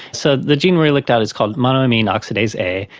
so the gene we looked at is called monoamine oxidase a,